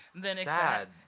Sad